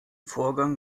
vorgang